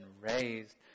raised